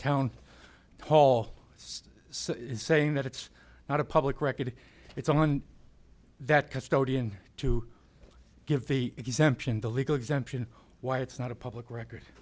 town hall is saying that it's not a public record it's someone that custodian to give the exemption the legal exemption why it's not a public record